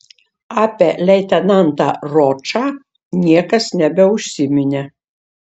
apie leitenantą ročą niekas nebeužsiminė